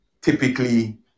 typically